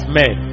men